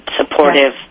supportive